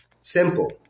Simple